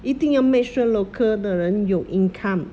一定要 make sure local 的人有 income